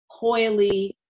coily